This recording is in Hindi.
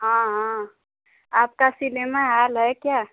हाँ हाँ आपका सिनेमा हॉल है क्या